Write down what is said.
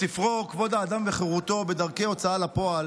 בספרו "כבוד האדם וחירותו בדרכי ההוצאה לפועל"